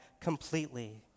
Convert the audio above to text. completely